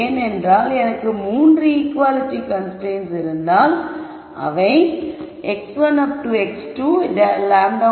ஏனென்றால் எனக்கு 3 ஈக்குவாலிட்டி கன்ஸ்ரைன்ட்கள் இருந்தால் அவை x1